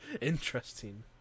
interesting